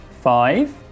five